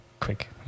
Quick